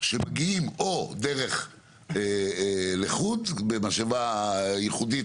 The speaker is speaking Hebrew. שמגיעים או דרך משאבה נפרדת